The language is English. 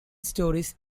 stories